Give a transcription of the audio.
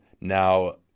now